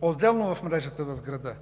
отделно от мрежата в града.